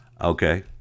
Okay